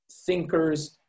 thinkers